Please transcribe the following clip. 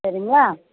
சரிங்களா